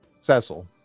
Cecil